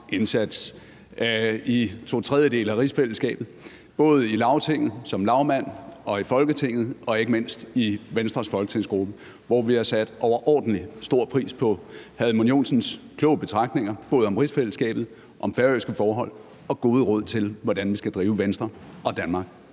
indsats i to tredjedele af rigsfællesskabet, både i Lagtinget som lagmand, i Folketinget og ikke mindst i Venstres folketingsgruppe, hvor vi har sat overordentlig stor pris på hr. Edmund Joensens kloge betragtninger om både rigsfællesskabet og færøske forhold og gode råd til, hvordan vi skal drive Venstre og Danmark.